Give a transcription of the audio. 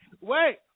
wait